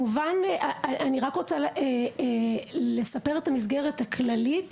אני רק רוצה לספר את המסגרת הכללית